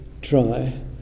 dry